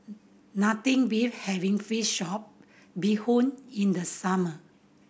nothing having fish soup bee hoon in the summer